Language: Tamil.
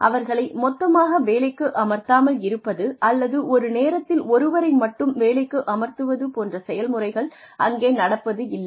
அவர்களை மொத்தமாக வேலைக்கு அமர்த்தாமல் இருப்பது அல்லது ஒரு நேரத்தில் ஒருவரை மட்டும் வேலைக்கு அமர்த்துவது போன்ற செயல்முறைகள் அங்கே நடப்பதில்லை